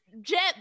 Jet